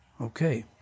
Okay